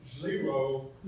zero